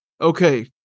Okay